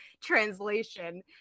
translation